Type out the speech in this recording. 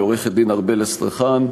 עורכת-הדין ארבל אסטרחן.